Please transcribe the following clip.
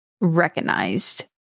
recognized